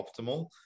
optimal